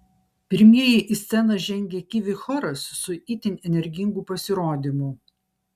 pirmieji į sceną žengė kivi choras su itin energingu pasirodymu